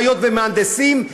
האחיות והמהנדסים,